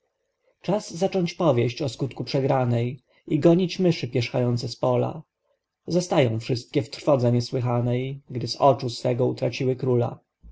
czas zacząć powieść o skutku przegranej i gonić myszy pierzchające z pola zostają wszystkie w trwodze niesłychanej gdy z oczu swego utraciły króla